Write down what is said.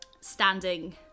standing